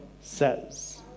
says